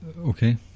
Okay